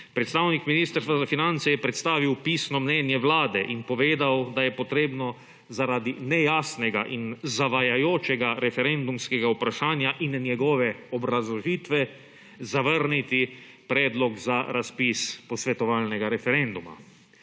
Predstavnik Ministrstva za finance je predstavil pisno mnenje Vlade in povedal, da je potrebno zaradi nejasnega in zavajajočega referendumskega vprašanja in njegove obrazložitve zavrniti predlog za razpis posvetovalnega referenduma.